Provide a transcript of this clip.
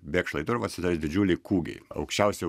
bėgt šlaitu ir pasidarys didžiuliai kūgiai aukščiausi